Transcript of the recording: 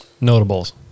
notables